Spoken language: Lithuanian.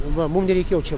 va mums nereikėjo čia